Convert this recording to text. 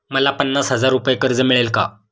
मला पन्नास हजार रुपये कर्ज मिळेल का?